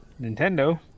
Nintendo